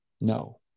no